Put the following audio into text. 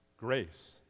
grace